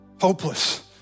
hopeless